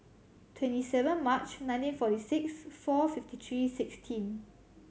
twenty seven March nineteen forty six four fifty three sixteen